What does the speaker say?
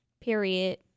period